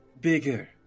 bigger